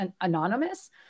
anonymous